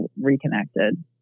reconnected